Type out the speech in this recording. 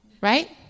right